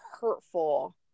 hurtful